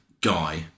guy